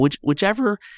Whichever